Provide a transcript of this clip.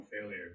failure